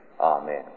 Amen